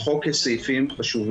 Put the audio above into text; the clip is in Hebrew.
בהצעת החוק יש סעיפים חשובים,